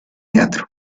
teatro